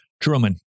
Truman